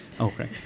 Okay